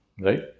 right